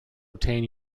obtain